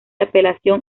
apelación